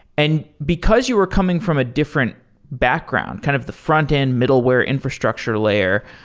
and because you were coming from a different background, kind of the front-end, middleware infrastructure layer,